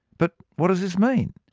but what does this mean?